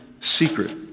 secret